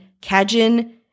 Kajin